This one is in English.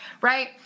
Right